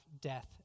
death